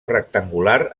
rectangular